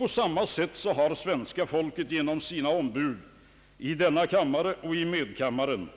På samma sätt har svenska folket genom sina ombud i denna kammare och i medkammaren